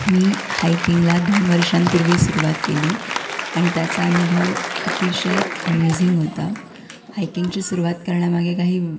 मी हायकिंगला दोन वर्षांपूर्वी सुरुवात केली आणि त्याचा अनुभव अतिशय अमेझिंग होता हायकिंगची सुरुवात करण्यामागे काही